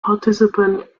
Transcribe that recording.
participant